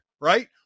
right